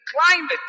climate